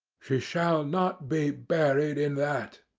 she shall not be buried in that,